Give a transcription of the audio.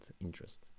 interest